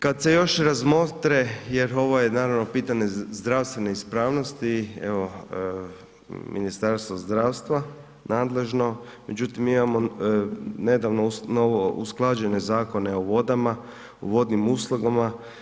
Kada se još razmotre, jer ovo je naravno pitanje zdravstvene ispravnosti, evo Ministarstvo zdravstva nadležno, međutim imamo nedavno novo usklađene zakone o vodama, o vodnim uslugama.